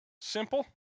Simple